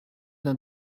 d’un